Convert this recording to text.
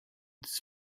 this